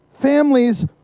Families